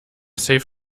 safe